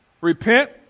Repent